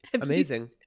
Amazing